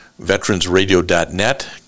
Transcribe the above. veteransradio.net